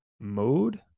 mode